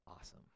awesome